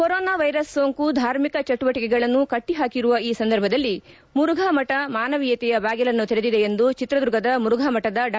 corona virus ಸೋಂಕು ಧಾರ್ಮಿಕ ಚಟುವಟಿಕೆಗಳನ್ನು ಕಟ್ಟಹಾಕಿರುವ ಈ ಸಂದರ್ಭದಲ್ಲಿ ಮುರುಘಾಮಠ ಮಾನವೀಯತೆಯ ಬಾಗಿಲನ್ನು ತೆರೆದಿದೆ ಎಂದು ಚಿತ್ರದುರ್ಗದ ಮುರುಫಾ ಮಠದ ಡಾ